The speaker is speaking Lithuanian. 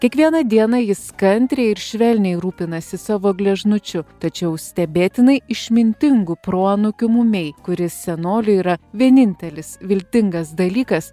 kiekvieną dieną jis kantriai ir švelniai rūpinasi savo gležnučiu tačiau stebėtinai išmintingu proanūkiu mumei kuris senoliui yra vienintelis viltingas dalykas